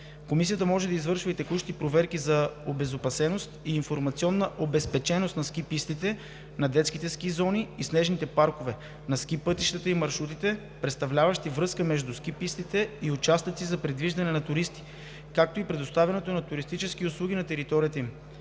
Комисията може да извършва и текущи проверки за обезопасеност и информационна обезпеченост на ски пистите, на детските ски зони и снежните паркове, на ски пътищата и маршрутите, представляващи връзка между ски пистите и участъци за придвижване на туристите, както и предоставянето на туристически услуги на територията им.